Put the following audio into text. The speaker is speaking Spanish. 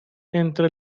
entre